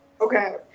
Okay